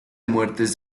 muertes